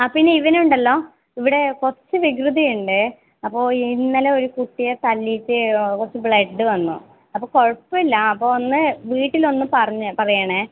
ആ പിന്നെ ഇവൻ ഉണ്ടല്ലോ ഇവിടെ കുറച്ച് വികൃതിയുണ്ട് അപ്പോൾ ഇന്നലെ ഒരു കുട്ടിയെ തല്ലിയിട്ട് കുറച്ച് ബ്ലഡ് വന്നു കുഴപ്പമില്ല അപ്പോ ഒന്ന് വീട്ടിലൊന്ന് പറഞ്ഞ് പറയണം